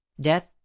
Death